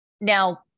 Now